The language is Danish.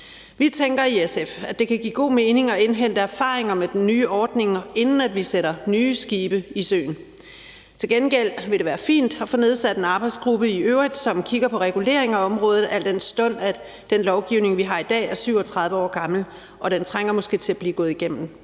Vi tænker i SF, at det kan give god mening at indhente erfaringer med den nye ordning, inden vi sætter nye skibe i søen. Til gengæld vil det være fint at få nedsat en arbejdsgruppe i øvrigt, som kigger på reguleringen af området, al den stund at den lovgivning, vi har i dag, er 37 år gammel, og den trænger måske til at blive gået igennem.